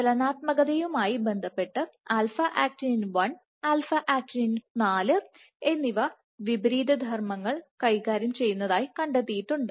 ചലനാത്മകതയുമായി ബന്ധപ്പെട്ട് alpha actinin 1 α actinin 1 alpha actinin 4 α actinin 4 എന്നിവ വിപരീത ധർമ്മങ്ങൾ കൈകാര്യം ചെയ്യുന്നതായി കണ്ടെത്തിയിട്ടുണ്ട്